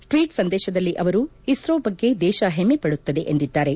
tweet ಸಂದೇಶದಲ್ಲಿ ಅವರು ಇಸೋ ಬಗ್ಗೆ ದೇಶ ಹೆಮ್ಮೆ ಪಡುತ್ತದೆ ಎಂದಿದ್ದಾರೆ